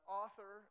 author